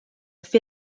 fer